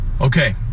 Okay